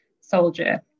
soldier